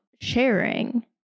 sharing